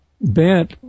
bent